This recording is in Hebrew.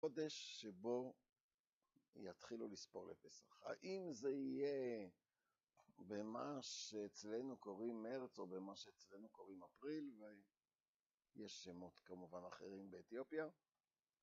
חודש שבו יתחילו לספור לפסח, האם זה יהיה במה שאצלנו קוראים מרץ או במה שאצלנו קוראים אפריל, יש שמות כמובן אחרים באתיופיה